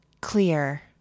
clear